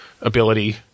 ability